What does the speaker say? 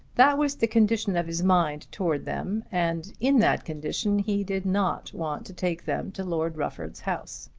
that was the condition of his mind towards them, and in that condition he did not want to take them to lord rufford's house.